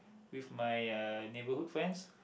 with my uh neighbourhood friends